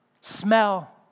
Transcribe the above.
smell